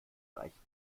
reichen